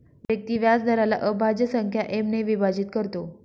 व्यक्ती व्याजदराला अभाज्य संख्या एम ने विभाजित करतो